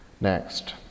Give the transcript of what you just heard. Next